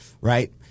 Right